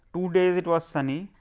two days it was sunny,